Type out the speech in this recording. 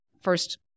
first